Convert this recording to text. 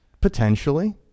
Potentially